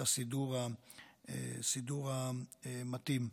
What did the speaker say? הסידור המתאים.